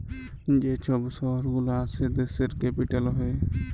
যে ছব শহর গুলা আসে দ্যাশের ক্যাপিটাল হ্যয়